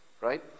Right